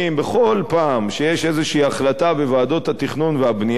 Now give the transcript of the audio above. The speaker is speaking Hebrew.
בכל פעם שיש איזו החלטה בוועדות התכנון והבנייה,